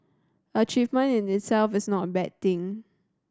achievement in itself is not a bad thing